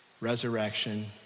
resurrection